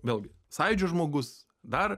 vėlgi sąjūdžio žmogus dar